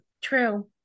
true